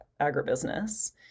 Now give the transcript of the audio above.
agribusiness